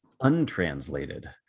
untranslated